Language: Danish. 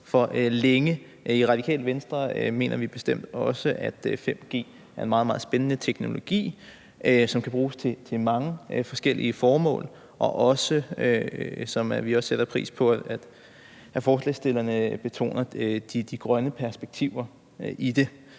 I Radikale Venstre mener vi bestemt også, at 5G er en meget, meget spændende teknologi, som kan bruges til mange forskellige formål. Og vi sætter også pris på, at forslagsstillerne betoner de grønne perspektiver i det.